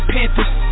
Panthers